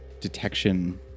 detection